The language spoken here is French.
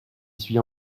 suis